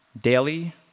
daily